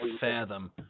fathom